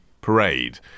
parade